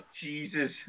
Jesus